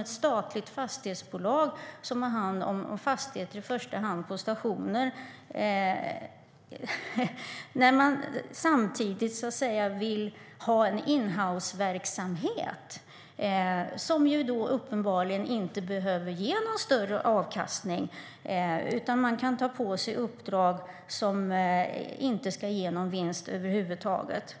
ett statligt fastighetsbolag som har hand om fastigheter i första hand på stationer har tänkt när det samtidigt vill ha en så att säga inhouseverksamhet, som uppenbarligen inte behöver ge någon större avkastning utan kan ta på sig uppdrag som inte ska ge någon vinst över huvud taget.